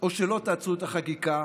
או שלא תעצרו את החקיקה,